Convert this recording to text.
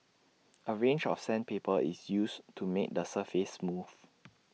A range of sandpaper is used to make the surface smooth